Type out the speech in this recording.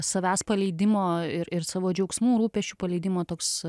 savęs paleidimo ir ir savo džiaugsmų rūpesčių paleidimo toks